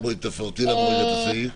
תפרטי לנו את הסעיף.